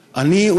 אני,